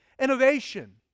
Innovation